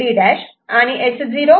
D' आणि S0